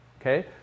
Okay